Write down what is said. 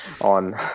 on